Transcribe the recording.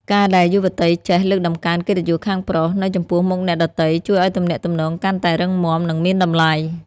ការដែលយុវតីចេះ "លើកតម្កើងកិត្តិយសខាងប្រុស" នៅចំពោះមុខអ្នកដទៃ ជួយឱ្យទំនាក់ទំនងកាន់តែរឹងមាំ និងមានតម្លៃ។